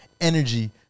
energy